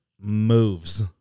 moves